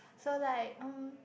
so like um